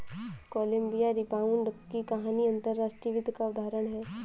Colombia rebound की कहानी अंतर्राष्ट्रीय वित्त का उदाहरण है